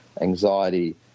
anxiety